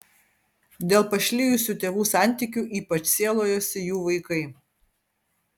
dėl pašlijusių tėvų santykių ypač sielojosi jų vaikai